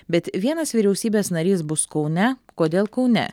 bet vienas vyriausybės narys bus kaune kodėl kaune